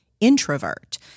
introvert